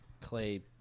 Clay